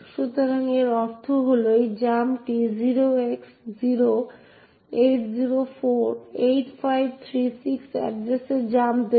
সুতরাং এর অর্থ হল এই জাম্পটি 0x08048536 এড্রেসে জাম্প দেবে